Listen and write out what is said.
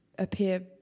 appear